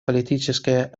политическая